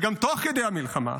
וגם תוך כדי המלחמה,